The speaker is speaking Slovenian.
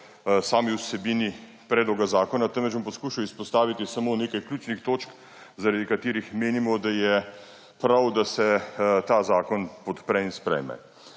sami vsebini predloga zakona, temveč bom poskušal izpostaviti samo nekaj ključnih točk, zaradi katerih menimo, da je prav, da se ta zakon podpre in sprejme.